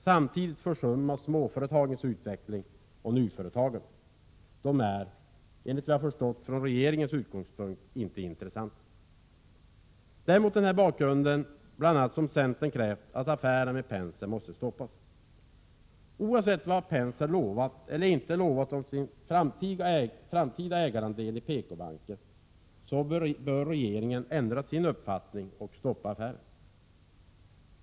Samtidigt försummas småföretagens utveckling och nyföretagandet. Såvitt jag förstår är dessa saker från regeringens utgångspunkt inte intressanta. Det är bl.a. mot den bakgrunden som centern har krävt att affären med Penser skall stoppas. Oavsett vad Penser har lovat eller inte lovat beträffande sin egen framtida ägarandel i PKbanken bör regeringen ändra sin uppfattning och stoppa affären.